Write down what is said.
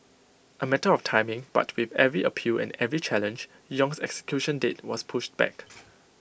A matter of timing but with every appeal and every challenge Yong's execution date was pushed back